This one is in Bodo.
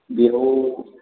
बेयाव